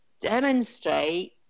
demonstrate